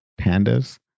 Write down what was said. pandas